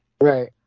Right